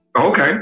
Okay